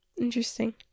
Interesting